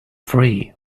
free